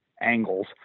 angles